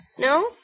No